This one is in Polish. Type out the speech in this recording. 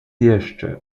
jeszcze